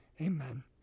amen